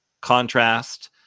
contrast